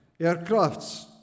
aircrafts